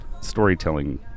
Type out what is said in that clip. storytelling